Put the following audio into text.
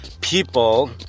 people